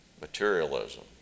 materialism